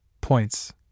points